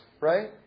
right